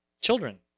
children